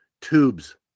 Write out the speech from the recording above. tubes